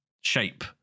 shape